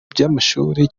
by’amashuri